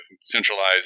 centralized